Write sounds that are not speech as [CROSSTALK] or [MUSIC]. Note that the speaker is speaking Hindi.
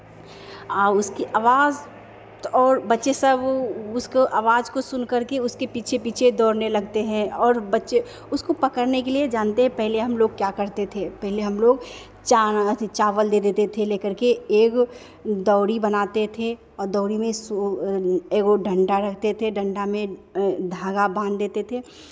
आ उसकी आवाज तो और बच्चे सब वो उसके आवाज को सुन करके उसके पीछे पीछे दौड़ने लगते हैं और बच्चे उसको पकड़ने के लिये जानते हैं पहले हमलोग क्या करते थे पहले हमलोग चान अथि चावल दे देते थे ले करके एक दौरी बनाते थे और दौरी में सु एक गो [UNINTELLIGIBLE] रहते थे डंडा में धागा बांध देते थे